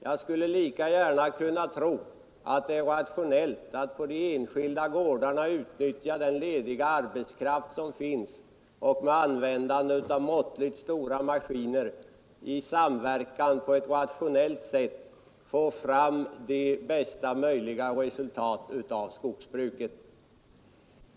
Jag skulle lika gärna kunna tro att det är rationellt att utnyttja den lediga arbetskraft som finns på de enskilda gårdarna och med användande av måttligt stora maskiner i samverkan få fram de bästa möjliga resultaten av skogsbruket.